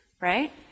right